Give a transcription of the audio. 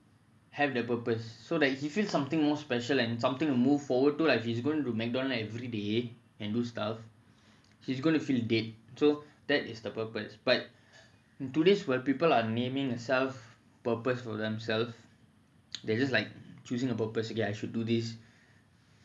have the purpose so that he feels something more special and something a move forward to life is going to every~ everyday and gustav he's going to feel dead so that is the purpose but in today's world people are naming herself purpose for themselves they're just like choosing a purpose you get I should do this